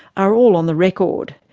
are all on the record.